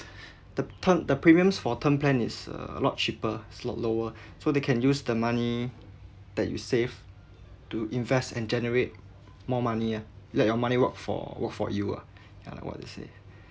the term the premiums for term plan is a lot cheaper it's a lot lower so they can use the money that you save to invest and generate more money ah let your money work for work for you ah ya like what they say